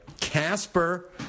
Casper